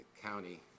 county